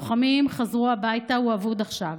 / הלוחמים חזרו הביתה, הוא אבוד עכשיו.